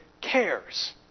cares